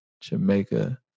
Jamaica